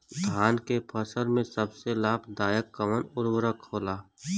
धान के फसल में सबसे लाभ दायक कवन उर्वरक होला?